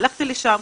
הלכתי לשם,